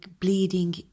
bleeding